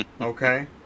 okay